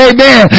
Amen